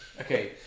okay